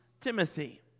Timothy